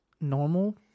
normal